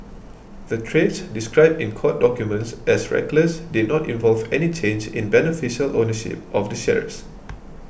the trades described in court documents as reckless did not involve any change in beneficial ownership of the shares